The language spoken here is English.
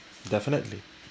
definitely